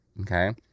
okay